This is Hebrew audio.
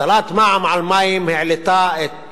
הטלת מע"מ על מים העלתה את